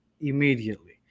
immediately